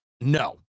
no